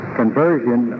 conversion